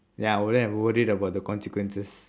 then I wouldn't have worried about the consequences